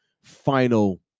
final